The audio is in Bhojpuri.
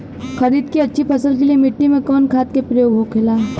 खरीद के अच्छी फसल के लिए मिट्टी में कवन खाद के प्रयोग होखेला?